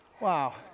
wow